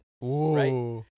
right